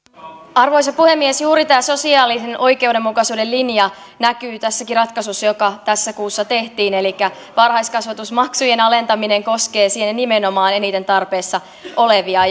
arvoisa puhemies juuri tämä sosiaalisen oikeudenmukaisuuden linja näkyy tässäkin ratkaisussa joka tässä kuussa tehtiin elikkä varhaiskasvatusmaksujen alentaminen koskee siinä nimenomaan eniten tarpeessa olevia